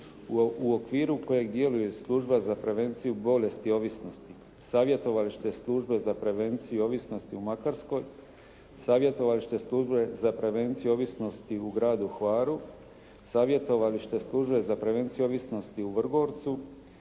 u okviru koje djeluje Služba za prevenciju bolesti ovisnosti, savjetovalište službe za prevenciju ovisnosti u Makarskoj, savjetovalište službe za prevenciju ovisnosti u gradu Hvaru, savjetovalište službe za prevenciju ovisnosti u Vrgorcu,